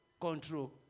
control